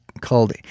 called